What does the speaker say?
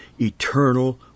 eternal